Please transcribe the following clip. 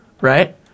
right